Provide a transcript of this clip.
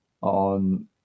on